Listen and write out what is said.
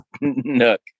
nook